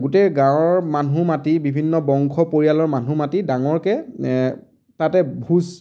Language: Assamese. গোটেই গাঁৱৰ মানুহ মাতি বিভিন্ন বংশ পৰিয়ালৰ মানুহ মাতি ডাঙৰকৈ তাতে ভোজ